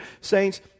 saints